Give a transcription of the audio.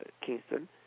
Kingston